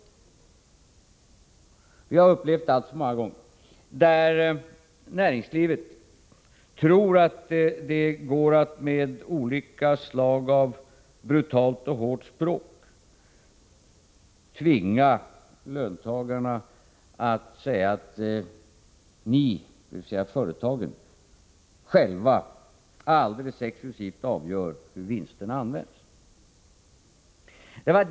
Vi har upplevt alltför många gånger att näringslivet tror att det går att med olika slag av brutalt och hårt språk tvinga löntagarna att gå med på att företagen själva alldeles exklusivt avgör hur vinsterna används.